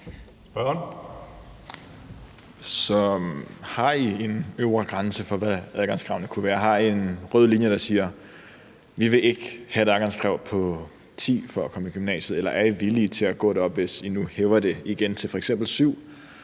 har I en øvre grænse for, hvad adgangskravene kunne være? Har I en rød linje, der siger: Vi vil ikke have et adgangskrav på 10 for at komme i gymnasiet? Eller er I villige til at gå derop, hvis I nu hæver det igen til f.eks. 7,